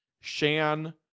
Shan